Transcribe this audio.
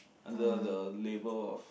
under the labour of